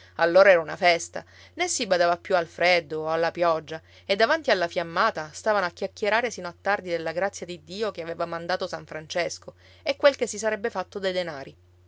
allora era una festa né si badava più al freddo o alla pioggia e davanti alla fiammata stavano a chiacchierare sino a tardi della grazia di dio che aveva mandato san francesco e quel che si sarebbe fatto dei denari